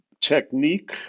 Technique